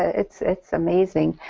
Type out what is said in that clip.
it's it's amazing.